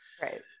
Right